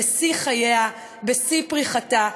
בשיא חייה, בשיא פריחתה.